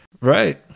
right